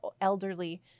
elderly